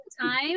time